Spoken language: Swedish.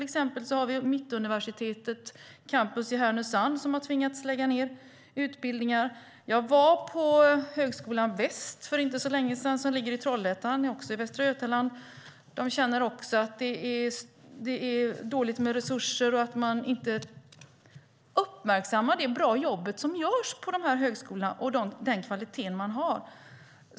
Exempelvis gäller det Mittuniversitetet i Härnösand, som tvingats lägga ned utbildningar. Jag besökte för inte så länge sedan Högskolan Väst i Trollhättan i Västra Götaland. De känner att det är dåligt med resurser och att man inte uppmärksammar det bra jobb som görs på högskolan och den kvalitet den har.